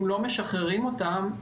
אם לא משחררים אותם,